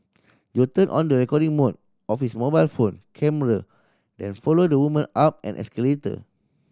Jo turned on the recording mode of his mobile phone camera then followed the woman up an escalator